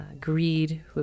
Greed